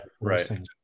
right